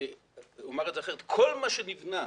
כל מה שנבנה